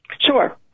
Sure